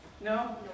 No